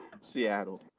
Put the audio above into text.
Seattle